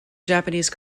japanese